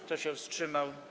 Kto się wstrzymał?